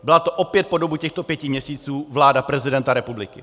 Byla to opět po dobu těchto pěti měsíců vláda prezidenta republiky.